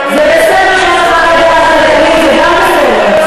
זה בסדר שאין לך רקע כלכלי, זה גם בסדר.